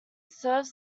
serves